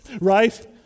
right